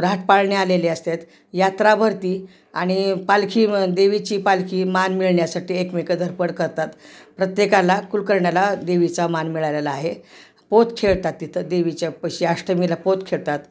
राहाटपाळणे आलेले असतात यात्रा भरती आणि पालखी देवीची पालखी मान मिळण्यासाठी एकमेकं धडपड करतात प्रत्येकाला कुलकरण्याला देवीचा मान मिळालेला आहे पोत खेळतात तिथं देवीच्या पाशी अष्टमीला पोत खेळतात